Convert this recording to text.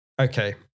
Okay